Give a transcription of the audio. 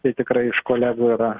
tai tikrai iš kolegų yra